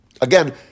Again